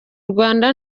rwanda